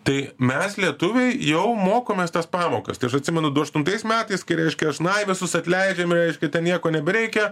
tai mes lietuviai jau mokomės tas pamokas tai aš atsimenu du aštuntais metais kai reiškia šnai visus atleidžiam reiškia ten nieko nebereikia